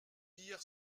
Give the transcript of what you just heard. hier